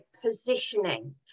positioning